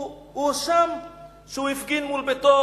הוא הואשם שהפגין מול ביתו